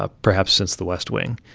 ah perhaps since the west wing,